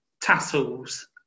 tassels